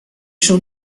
شون